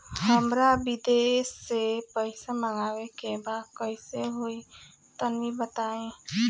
हमरा विदेश से पईसा मंगावे के बा कइसे होई तनि बताई?